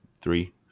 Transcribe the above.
three